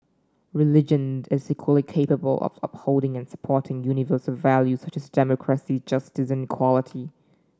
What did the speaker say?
religion is equally capable of upholding and supporting universal values such as democracy justice and equality